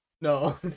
No